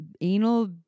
anal